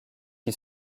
qui